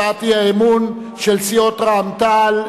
הצעת האי-אמון של סיעת רע"ם-תע"ל,